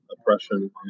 oppression